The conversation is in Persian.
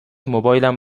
موبایلم